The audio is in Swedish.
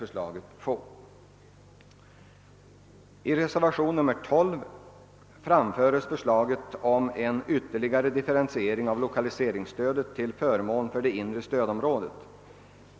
I reservationen 12 vid statsutskottets utlåtande nr 103 föreslås en ytterligare differentiering av lokaliseringsstödet till förmån för det inre stödområdet.